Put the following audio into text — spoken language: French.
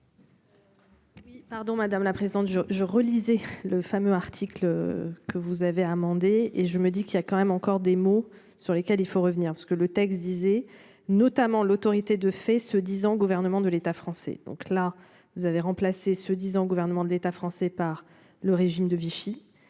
pardon madame la présidente, je relisais le fameux article. Que vous avez à amender et je me dis qu'il y a quand même encore des mots sur lesquels il faut revenir parce que le texte se disaient notamment l'autorité de fait se disant gouvernement de l'État français. Donc là vous avez remplacé se disant gouvernement de l'État français par le régime de Vichy